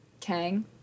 Kang